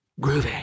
Groovy